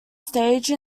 stage